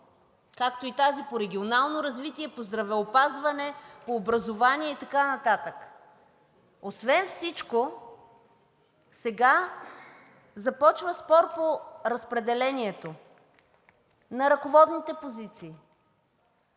както и тази по регионално развитие, по здравеопазване, по образование и така нататък. Освен всичко, сега започва спор по разпределението на ръководните позиции.